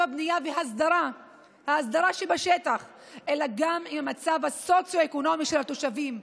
הבנייה וההסדרה שבשטח אלא גם את המצב הסוציו-אקונומי של התושבים,